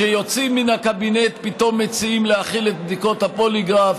כשיוצאים מן הקבינט פתאום מציעים להחיל את בדיקות הפוליגרף.